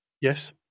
Yes